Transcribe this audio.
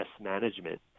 management